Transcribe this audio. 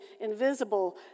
invisible